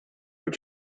were